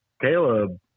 Caleb